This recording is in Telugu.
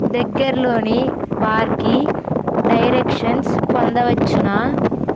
దగ్గరలోని బార్కి డైరెక్షన్స్ పొందవచ్చునా